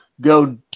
Go